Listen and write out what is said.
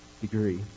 degree